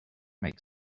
make